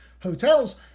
hotels